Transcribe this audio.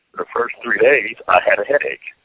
the first three days i had a headache.